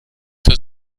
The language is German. zur